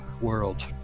world